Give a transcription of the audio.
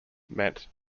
meant